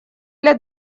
для